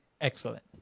excellent